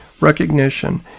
recognition